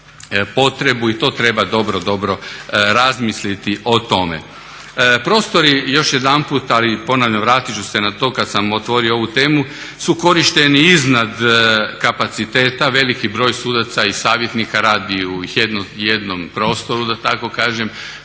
i to treba dobro, dobro razmisliti o tome. Prostori još jedanput ali ponavljam vratit ću se na to kad sam otvorio ovu temu su korišteni iznad kapaciteta. Veliki broj sudaca i savjetnika radi u jednom prostoru da tako kažem